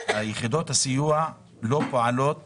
יחידות הסיוע לא פועלות